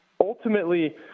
ultimately